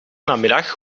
namiddag